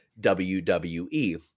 WWE